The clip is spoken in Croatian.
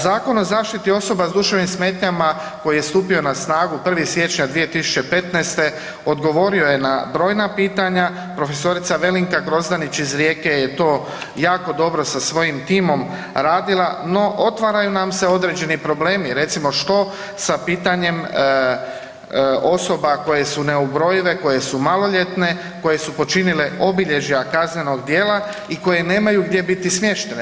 Zakon o zaštiti osoba s duševnim smetnjama koji je stupio na snagu 1. siječnja 2015. odgovorio je na brojna pitanja, prof. Velinka Grozdanić iz Rijeke je to jako dobro sa svojim timom radila, no otvaraju nam se određeni problemi, recimo što sa pitanjem osoba koje su neubrojive, koje su maloljetne, koje su počinile obilježja kaznenog djela i koje nemaju gdje biti smještene?